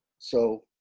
so,